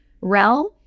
realm